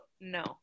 No